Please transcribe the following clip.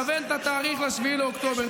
כוון את התאריך ל-7 באוקטובר,